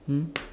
mm